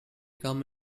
come